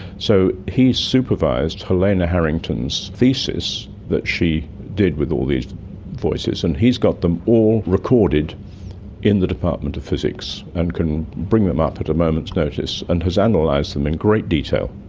so he supervised helena harrington's thesis that she did with all these voices, and he's got them all recorded in the department of physics and can bring them up at a moment's notice and has and analysed them in great detail.